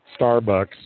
Starbucks